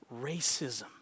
racism